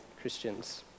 Christians